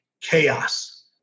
chaos